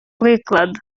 приклад